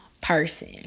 person